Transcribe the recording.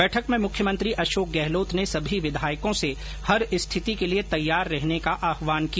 बैठक में मुख्यमंत्री अशोक गहलोत ने सभी विधायकों से हर स्थिति के लिए तैयार रहने का आह्वान किया